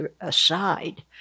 aside